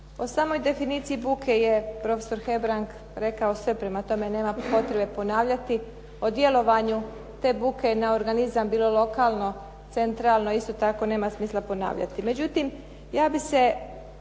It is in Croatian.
O samoj definiciji buke je profesor Hebrang rekao sve, prema tome nema potrebe ponavljati. O djelovanju te buke na organizam bilo lokalno, centralno isto tako nema smisla ponavljati.